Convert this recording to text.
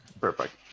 perfect